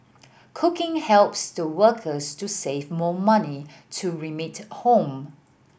cooking helps the workers to save more money to remit home